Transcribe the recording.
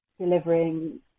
delivering